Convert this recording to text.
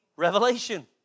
Revelation